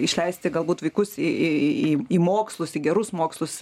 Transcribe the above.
išleisti galbūt vaikus į į į į mokslus į gerus mokslus